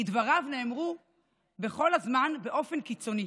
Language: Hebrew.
כי דבריו נאמרו כל הזמן באופן קיצוני.